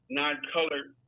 non-colored